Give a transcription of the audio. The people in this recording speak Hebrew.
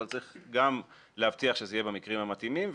אבל צריך גם להבטיח שזה יהיה במקרים המתאימים,